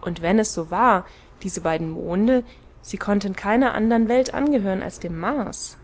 und wenn es so war diese beiden monde sie konnten keiner andern welt angehören als dem mars